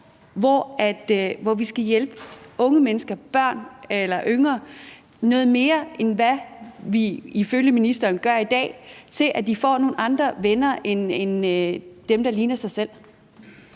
hvor vi skal hjælpe unge mennesker, altså børn og unge, mere, end vi ifølge ministeren gør i dag, så de får nogle andre venner end dem, der ligner dem selv.